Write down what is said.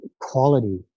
quality